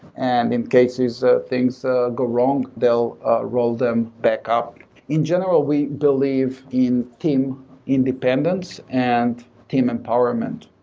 and in cases of things ah go wrong, they'll roll them back up in general, we believe in team independence and team empowerment.